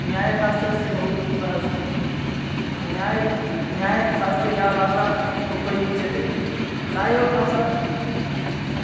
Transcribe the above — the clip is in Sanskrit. न्यायशास्त्रस्य बहु उपयोगः अस्ति न्याय न्यायशास्त्रे या भाषा उपयुज्यते सा एव भाषा